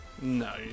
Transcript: No